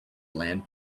land